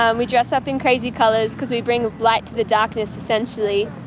um we dress up in crazy colours because we bring light to the darkness essentially.